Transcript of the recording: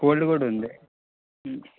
cold కూడా ఉంది